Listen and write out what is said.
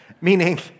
Meaning